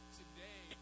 today